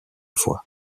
foi